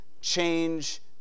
change